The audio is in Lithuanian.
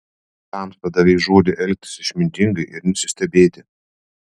tamsta davei žodį elgtis išmintingai ir nesistebėti